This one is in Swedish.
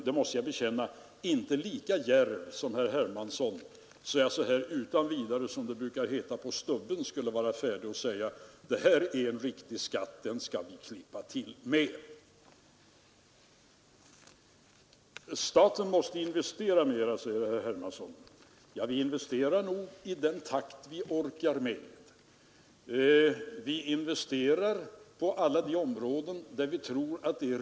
I februari månad 1970 lade jag fram förslag om punktskattehöjningar på tobak, öl och vissa kapitalvaror. Riksdagen funderade på förslaget men gav mig inte rätt att göra så starka finansiella åtstramningar som jag önskade utan undantog partiellt en del av dem.